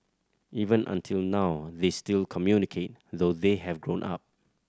even until now they still communicate though they have grown up